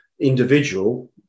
individual